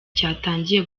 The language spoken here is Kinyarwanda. cyatangiye